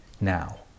now